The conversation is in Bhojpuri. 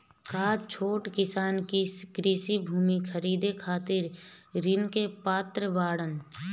का छोट किसान कृषि भूमि खरीदे खातिर ऋण के पात्र बाडन?